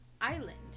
island